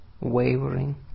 wavering